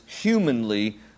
humanly